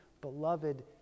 beloved